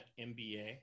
MBA